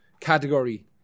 category